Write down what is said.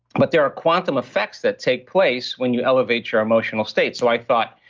but there are quantum effects that take place when you elevate your emotional state. so i thought,